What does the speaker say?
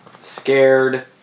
scared